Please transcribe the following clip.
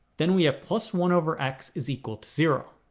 then we have plus one over x is equal to zero